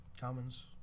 Commons